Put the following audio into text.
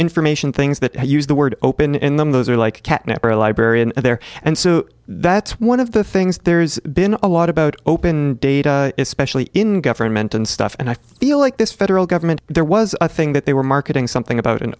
information things that i use the word open in them those are like catnip for a librarian there and so that's one of the things there's been a lot about open data especially in government and stuff and i feel like this federal government there was a thing that they were marketing something about an